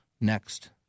next